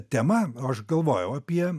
tema aš galvojau apie